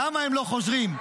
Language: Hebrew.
למה הם לא חוזרים?